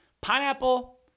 Pineapple